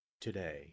today